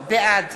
בעד